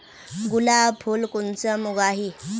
गुलाब फुल कुंसम उगाही?